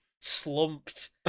Slumped